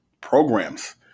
programs